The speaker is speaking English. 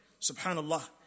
subhanallah